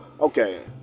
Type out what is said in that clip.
okay